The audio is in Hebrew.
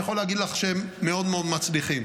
אני יכול להגיד לך שהם מאוד מאוד מצליחים.